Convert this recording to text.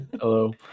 Hello